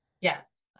Yes